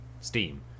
Steam